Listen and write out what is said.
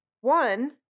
One